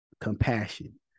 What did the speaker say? Compassion